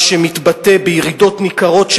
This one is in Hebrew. מה שמתבטא בירידות ניכרות,